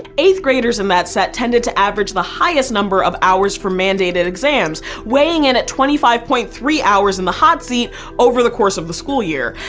eighth graders in that set tended to average the highest number of hours for mandated exams, weighing in at twenty five point three hours in the hot seat over the course of the school year.